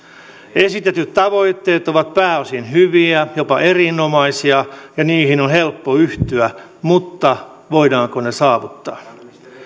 esitetyt tavoitteet ovat pääosin hyviä jopa erinomaisia ja niihin on helppo yhtyä mutta voidaanko ne saavuttaa